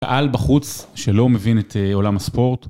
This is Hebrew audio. בעל בחוץ שלא מבין את עולם הספורט.